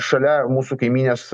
šalia mūsų kaimynės